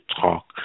talk